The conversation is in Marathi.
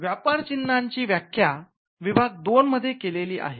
व्यापार चिन्हाची व्याख्या विभाग 2 मध्ये केलेली आहे